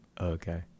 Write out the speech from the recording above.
okay